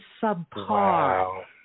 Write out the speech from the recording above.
subpar